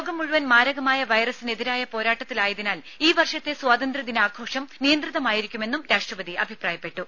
ലോകം മുഴുവൻ മാരകമായ വൈറസിനെതിരായ പോരാട്ടത്തിലായതിനാൽ ഈ വർഷത്തെ സ്വാതന്ത്ര്യ ദിനാഘോഷം നിയന്ത്രിതമായിരിക്കുമെന്നും രാഷ്ട്രപതി അഭിപ്രായപ്പെട്ടു